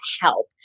help